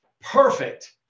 perfect